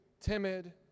timid